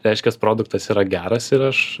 reiškias produktas yra geras ir aš